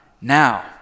now